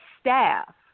staff